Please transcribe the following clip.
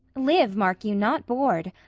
live, mark you, not board!